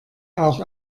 auch